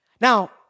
now